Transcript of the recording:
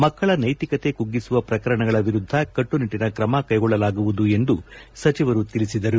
ಮಕ್ಕಳ ನೈತಿಕತೆ ಕುಗ್ಗಿಸುವ ಪ್ರಕರಣಗಳ ವಿರುದ್ಧ ಕಟ್ಟನಿಟ್ಟನ ಕ್ರಮ ಕೈಗೊಳಗಳಲಾಗುವುದು ಎಂದು ಸಚಿವರು ತಿಳಿಸಿದರು